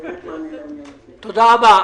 תודה רבה.